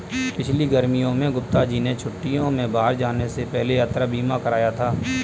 पिछली गर्मियों में गुप्ता जी ने छुट्टियों में बाहर जाने से पहले यात्रा बीमा कराया था